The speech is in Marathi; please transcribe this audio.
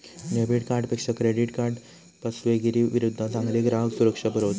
डेबिट कार्डपेक्षा क्रेडिट कार्ड फसवेगिरीविरुद्ध चांगली ग्राहक सुरक्षा पुरवता